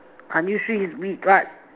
is wheat right